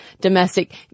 domestic